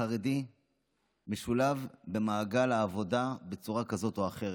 החרדי משולב במעגל העבודה בצורה כזאת או אחרת.